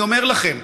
אני אומר לכם: